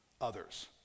others